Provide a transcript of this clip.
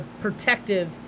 protective